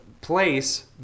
place